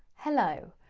hello.